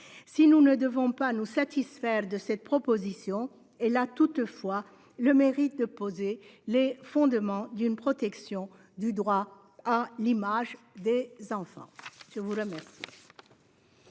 Si nous ne devons pas nous satisfaire de cette proposition de loi, elle a toutefois le mérite de poser les fondements d'une protection du droit à l'image des enfants. La parole